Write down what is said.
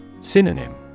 Synonym